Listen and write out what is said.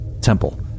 temple